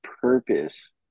purpose